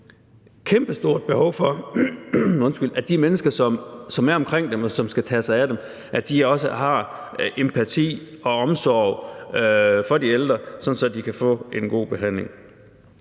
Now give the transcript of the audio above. der jo et kæmpestort behov for, at de mennesker, som er omkring dem, og som skal tage sig af dem, også har empati og omsorg for de ældre, altså sådan at de kan få en god behandling.